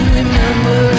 remember